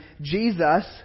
Jesus